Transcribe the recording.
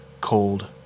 cold